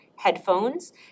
Headphones